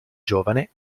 giovane